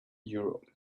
europe